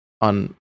on